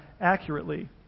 accurately